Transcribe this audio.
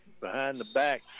behind-the-back